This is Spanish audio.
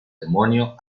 demonio